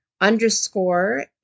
underscore